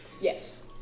Yes